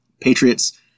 Patriots